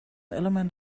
element